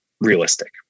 realistic